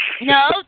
No